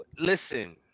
Listen